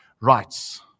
Rights